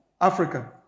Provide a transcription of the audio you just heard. Africa